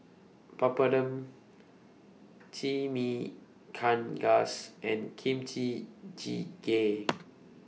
Papadum Chimichangas and Kimchi Jjigae